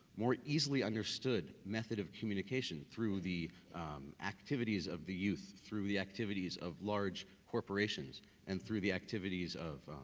more easily understood method of communication through the activities of the youth, through the activities of large corporations and through the activities of